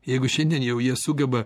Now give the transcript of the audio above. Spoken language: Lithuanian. jeigu šiandien jau jie sugeba